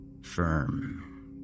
firm